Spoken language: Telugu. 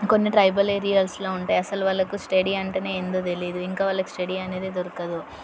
కొన్ని ట్రైబల్ ఏరియాస్లో ఉంటాయి అసలు వాళ్ళకు స్టడీ అంటేనే ఏందో తెలియదు ఇంకా వాళ్ళకి స్టడీ అనేది దొరకదు